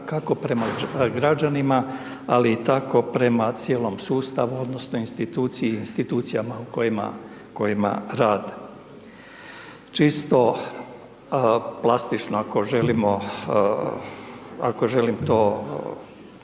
kako prema građanima, ali i tako prema cijelom sustavu odnosno instituciji, institucijama u kojima rade. Čisto plastično ako želimo,